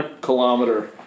kilometer